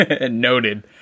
Noted